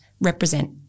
represent